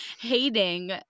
hating